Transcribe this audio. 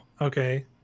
Okay